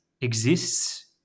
exists